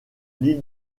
l’île